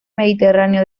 mediterráneo